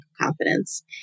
confidence